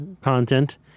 content